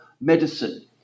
medicine